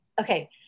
okay